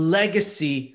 legacy